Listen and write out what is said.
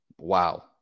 wow